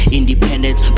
independence